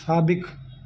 साबिक़ु